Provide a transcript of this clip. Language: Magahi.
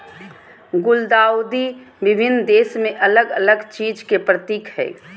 गुलदाउदी विभिन्न देश में अलग अलग चीज के प्रतीक हइ